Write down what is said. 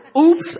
Oops